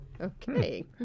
Okay